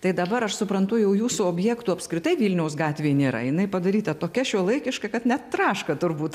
tai dabar aš suprantu jau jūsų objektų apskritai vilniaus gatvėj nėra jinai padaryta tokia šiuolaikiška kad net traška turbūt